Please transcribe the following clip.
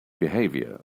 behavior